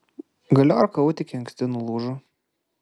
galiorka autike anksti nulūžo